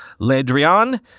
Ledrian